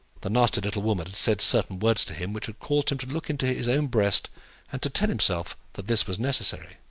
the nasty little woman had said certain words to him which had caused him to look into his own breast and to tell himself that this was necessary.